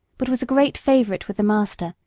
but was a great favorite with the master,